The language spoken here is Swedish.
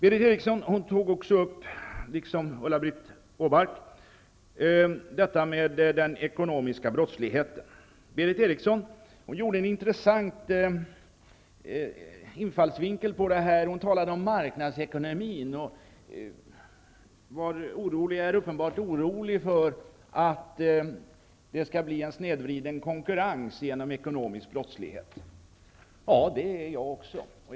Eriksson hade en intressant infallsvinkel. Hon talade om marknadsekonomin och var uppenbart orolig för att det kommer att bli en snedvriden konkurrens genom den ekonomiska brottsligheten. Även jag är orolig över det.